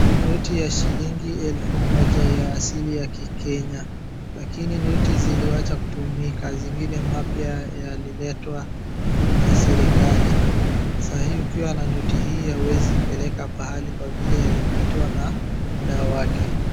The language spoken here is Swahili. Noti ya shilingi elfu moja ya asili ya Kikenya, lakini noti ziliwacha kutumika. Zingine mpya yaliletwa na serikali. Saa hii ukiwa na noti hii hauwezi peleka pahali kwa vile yalipitwa na muda wake.